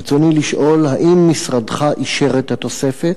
רצוני לשאול: 1. האם אישר משרדך את התוספת?